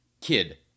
Kid